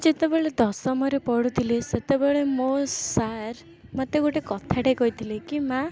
ଯେତେବେଳେ ଦଶମରେ ପଢ଼ୁଥିଲି ସେତେବେଳେ ମୋ ସାର୍ ମୋତେ ଗୋଟେ କଥାଟେ କହିଥିଲେ କି ମା'